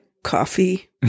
Coffee